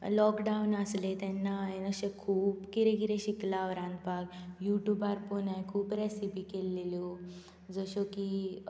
lockdown आसले तेन्ना अशे खूब कितें कितें शिकलां हांव रांदपाक युट्यूबार पळोवन हांवें खूब रेसिपी केल्लेल्यो जश्यो की